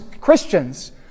Christians